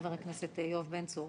חבר הכנסת יואב בן צור,